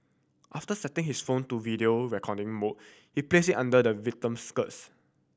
after setting his phone to video recording mode he placed it under the victim's skirts